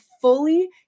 fully